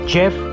Jeff